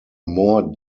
more